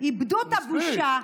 איבדו את הבושה.